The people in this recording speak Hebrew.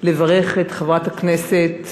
לברך את חברת הכנסת